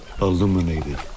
illuminated